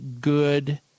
good